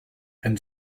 and